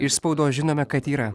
iš spaudos žinome kad yra